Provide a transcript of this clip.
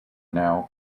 now